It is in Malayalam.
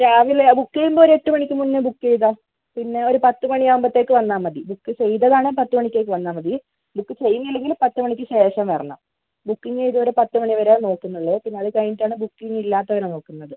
രാവിലെ ബുക്ക് ചെയ്യുമ്പോൾ ഒരെട്ടു മണിക്കു മുന്നേ ബുക്ക് ചെയ്തോ പിന്നെ ഒരു പത്തുമണിയാകുമ്പോഴ്ത്തേക്കു വന്നാൽ മതി ബുക്ക് ചെയ്തതാണെങ്കിൽ പത്തുമണിക്കത്തേക്ക് വന്നാൽ മതി ബുക്ക് ചെയ്യുന്നില്ലെങ്കിൽ പത്തുമണിക്ക് ശേഷം വരണം ബുക്കിംഗ് ചെയ്തവരെ പത്തുമണി വരെയേ നോക്കുന്നുള്ളൂ പിന്നെ അതുകഴിഞ്ഞിട്ടാണ് ബുക്കിംഗ് ഇല്ലാത്തവരെ നോക്കുന്നത്